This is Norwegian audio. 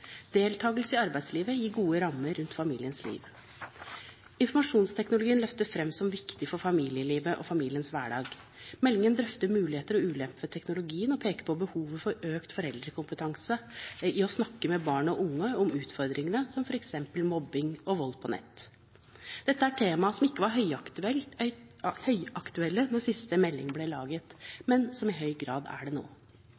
deltakelse i arbeidslivet gir gode rammer rundt familiers liv Informasjonsteknologien løftes frem som viktig for familielivet og familiers hverdag. Meldingen drøfter muligheter og ulemper ved teknologien og peker på behovet for økt foreldrekompetanse i å snakke med barn og unge om utfordringene, som f.eks. mobbing og vold på nett. Dette er tema som ikke var høyaktuelle da siste melding ble laget,